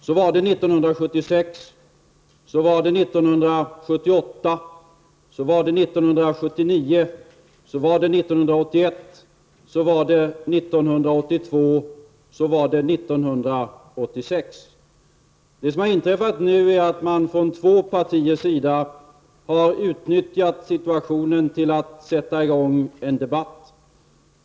Så var det år 1976, så var det år 1978 och 1979, så var det år 1981 och år 1982, och så var det år 1986. Det som nu har inträffat är att man från två partiers sida har utnyttjat situationen för att sätta igång en debatt.